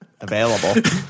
available